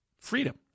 Freedom